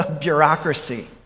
bureaucracy